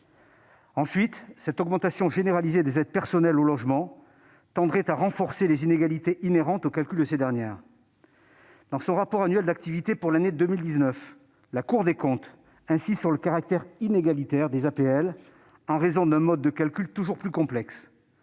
Ensuite, cette augmentation généralisée des aides personnelles au logement tendrait à renforcer les inégalités inhérentes au calcul de ces dernières. Dans son rapport annuel d'activité pour l'année 2019, la Cour des comptes insiste sur le caractère inégalitaire des APL, en raison d'un mode de calcul toujours plus complexe.